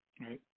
Right